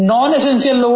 Non-essential